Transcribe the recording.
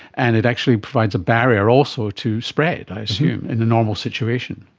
and it actually provides a barrier also to spread i assume in a normal situation.